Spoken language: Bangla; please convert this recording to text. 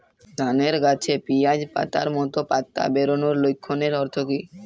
ধানের গাছে পিয়াজ পাতার মতো পাতা বেরোনোর লক্ষণের অর্থ কী?